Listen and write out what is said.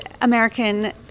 American